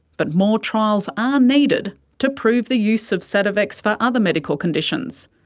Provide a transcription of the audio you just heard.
but more trials are needed to prove the use of sativex for other medical conditions.